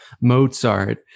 Mozart